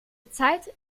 zeit